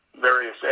various